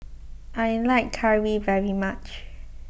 I like Curry very much